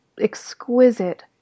exquisite